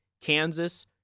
Kansas-